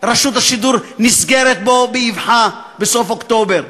רשות השידור נסגרת באבחה בסוף אוקטובר.